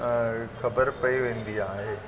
ख़बर पई वेंदी आहे